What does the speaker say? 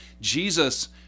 Jesus